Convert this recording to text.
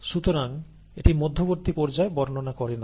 সুতরাং এটি মধ্যবর্তী পর্যায় বর্ণনা করে না